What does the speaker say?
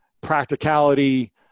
practicality